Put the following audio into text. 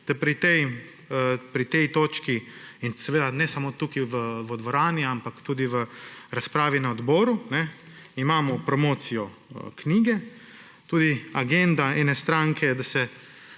da pri tej točki – in seveda ne samo tukaj v dvorani, ampak tudi v razpravi na odboru – imamo promocijo knjige, tudi agenda ene stranke, da se